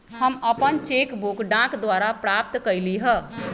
हम अपन cheque book डाक द्वारा प्राप्त कईली ह